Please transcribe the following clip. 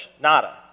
Nada